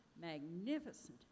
magnificent